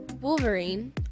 Wolverine